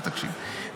אל תקשיב,